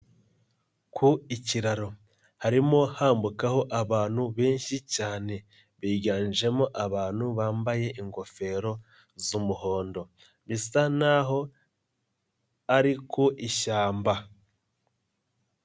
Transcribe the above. Ku ikiraro, harimo hambukaho abantu benshi cyane, biganjemo abantu bambaye ingofero z'umuhondo, bisa n'aho ari ku ishyamba.